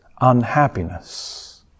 unhappiness